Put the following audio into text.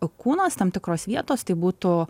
kūnas tam tikros vietos tai būtų